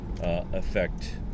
affect